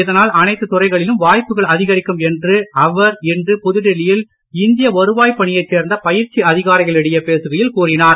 இதனால் எல்லா துறைகளிலும் வாய்ப்புகள் அதிகரிக்கும் என்று அவர் இன்று புதுடெல்லியில் இந்திய வருவாய்ப் பணியை சேர்ந்த பயிற்சி அதிகாரிகளிடையே பேசுகையில் கூறினார்